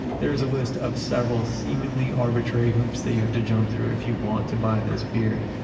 there's a list of several seemingly arbitrary hoops that you have to jump through if you want to buy this beer.